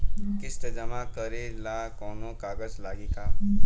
किस्त जमा करे ला कौनो कागज लागी का?